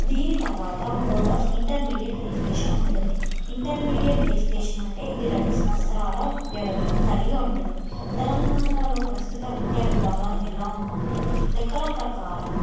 దీని తర్వాత board of intermediate education ఉంటుంది ఇంటర్మీడియట్ ఎడ్యుకేషన్ అంటే ఇది రెండు సంవత్సరాల వ్యవధి కలిగి ఉంటుంది తెలంగాణలో ప్రస్తుత విద్యా విభాగం ఎలా ఉంది అంటే లెక్కల ప్రకారం